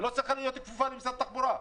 היא לא צריכה להיות כפופה למשרד התחבורה.